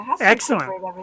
Excellent